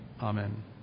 Amen